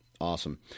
awesome